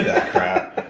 that crap.